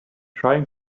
trying